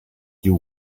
you